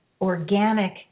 organic